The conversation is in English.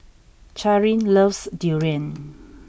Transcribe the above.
Charin loves durian